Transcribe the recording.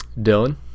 Dylan